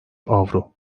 avro